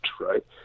Right